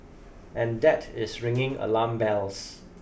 and that is ringing alarm bells